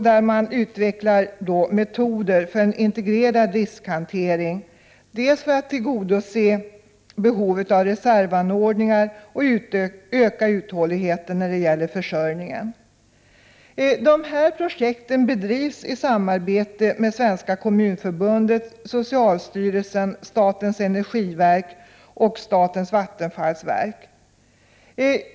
Där utvecklas metoder för en integrerad riskhantering för att tillgodose behovet av reservanordningar och för att öka uthålligheten när det gäller försörjningen. Dessa projekt bedrivs i samarbete med Svenska kommunförbundet, socialstyrelsen, statens energiverk och statens vattenfallsverk.